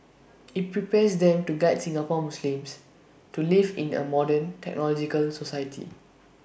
IT prepares them to guide Singapore Muslims to live in A modern technological society